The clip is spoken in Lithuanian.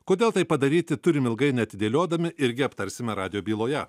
kodėl tai padaryti turime ilgai neatidėliodami irgi aptarsime radijo byloje